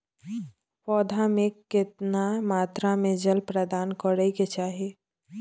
पौधा में केतना मात्रा में जल प्रदान करै के चाही?